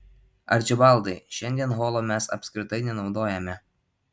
arčibaldai šiandien holo mes apskritai nenaudojame